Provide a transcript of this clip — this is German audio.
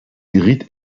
geriet